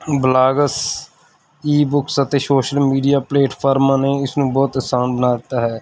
blogs ebooks ਅਤੇ social media ਪਲੇਟਫਾਰਮਾਂ ਨੇ ਇਸਨੂੰ ਬਹੁਤ ਆਸਾਨ ਬਣਾ ਦਿੱਤਾ ਹੈ